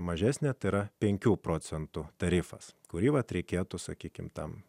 mažesnė tai yra penkių procentų tarifas kurį vat reikėtų sakykime tam